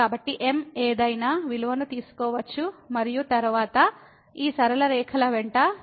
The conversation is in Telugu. కాబట్టి m ఏదైనా విలువను తీసుకోవచ్చు మరియు తరువాత ఈ సరళ రేఖల వెంట 00 ఉన్న స్థానానికి చేరుకుంటున్నాము